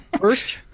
First